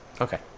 Okay